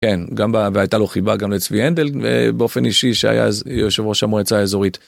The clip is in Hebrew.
כן, והייתה לו חיבה גם לצבי הנדל באופן אישי שהיה אז יושב ראש המועצה האזורית.